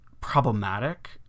problematic